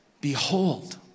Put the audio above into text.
Behold